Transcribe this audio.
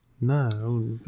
No